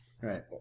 Right